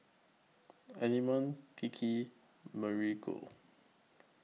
Element Kiki Marigold